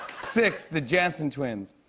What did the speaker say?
six the jansen twins.